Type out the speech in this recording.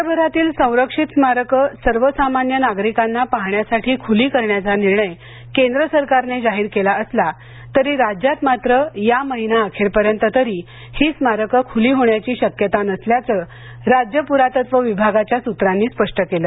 देशभरातील संरक्षित स्मारकं सर्वसामान्य नागरिकांना पाहण्यासाठी खुली करण्याचा निर्णय केंद्र सरकारने जाहीर केला असला तरी राज्यात मात्र या महिना अखेरपर्यंत तरी ही स्मारकं खुली होण्याची शक्यता नसल्याचं राज्य प्रातत्व विभागाच्या सूत्रांनी स्पष्ट केलं